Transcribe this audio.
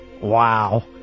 Wow